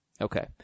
Okay